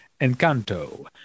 encanto